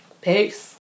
Peace